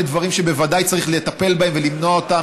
אלה דברים שבוודאי צריך לטפל בהם ולמנוע אותם.